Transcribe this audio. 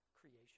creation